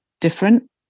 different